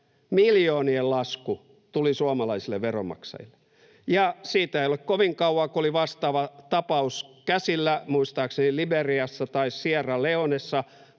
Miljoonien lasku tuli suomalaisille veronmaksajille. Ja siitä ei ole kovin kauaa, kun oli vastaava tapaus käsillä muistaakseni Liberiassa tai Sierra Leonessa